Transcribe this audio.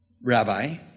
rabbi